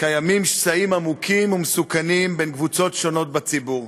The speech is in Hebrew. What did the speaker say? קיימים שסעים עמוקים ומסוכנים בין קבוצות שונות בציבור.